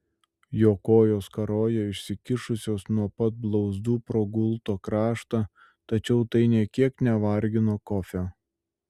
jo kojos karojo išsikišusios nuo pat blauzdų pro gulto kraštą tačiau tai nė kiek nevargino kofio